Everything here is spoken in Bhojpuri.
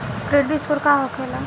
क्रेडिट स्कोर का होखेला?